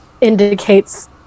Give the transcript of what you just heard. indicates